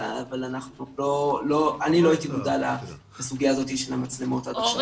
אבל אני לא הייתי מודע לסוגיה הזו של המצלמות עד עכשיו.